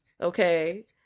okay